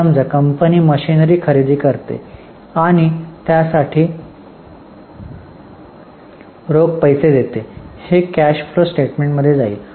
समजा company machinery खरेदी करते आणि त्यासाठी रोख पैसे देते हे कॅश फ्लो स्टेटमेंटमध्ये जाईल